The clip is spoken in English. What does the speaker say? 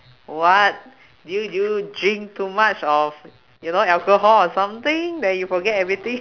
what do you do you drink too much of you know alcohol or something that you forget everything